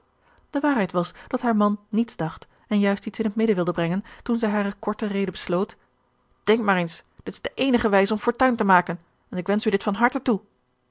de waarheid was dat haar man niets dacht en juist iets in het midden wilde brengen toen zij hare korte rede besloot denk maar eens dit is de eenige wijze om fortuin te maken en ik wensch u dit van harte toe